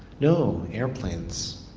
no airplanes.